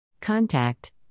Contact